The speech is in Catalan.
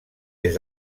des